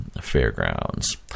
Fairgrounds